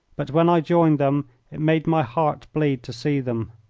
but when i joined them it made my heart bleed to see them.